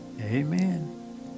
amen